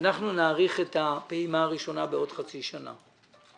אנחנו נאריך את הפעימה הראשונה בעוד חצי שנה.